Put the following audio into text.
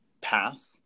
path